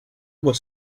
was